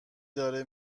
داره